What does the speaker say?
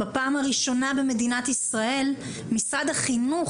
בפעם הראשונה במדינת ישראל משרד החינוך